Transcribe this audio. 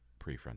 prefrontal